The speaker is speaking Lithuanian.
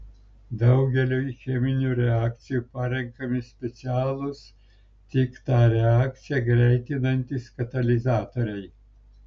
daugeliui cheminių reakcijų parenkami specialūs tik tą reakciją greitinantys katalizatoriai